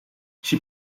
she